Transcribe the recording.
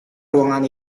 ruangan